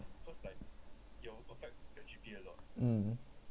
mm